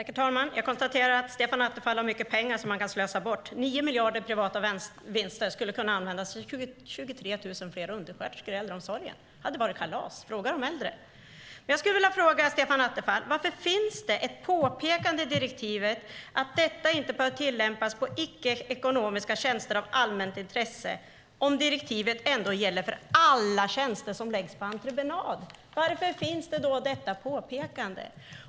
Herr talman! Jag konstaterar att Stefan Attefall har mycket pengar som han kan slösa bort. 9 miljarder i privata vinster skulle kunna användas till 23 000 fler undersköterskor i äldreomsorgen. Det hade varit kalas; fråga de äldre. Jag skulle vilja fråga Stefan Attefall varför det finns ett påpekande i direktivet som säger att detta inte bör tillämpas på icke-ekonomiska tjänster av allmänt intresse, om direktivet gäller för alla tjänster som läggs på entreprenad. Varför finns då detta påpekande?